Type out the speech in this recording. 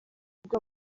bwa